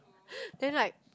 then like